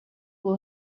will